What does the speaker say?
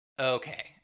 Okay